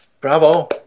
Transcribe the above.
Bravo